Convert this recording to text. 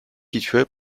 situé